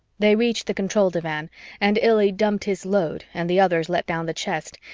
they reached the control divan and illy dumped his load and the others let down the chest,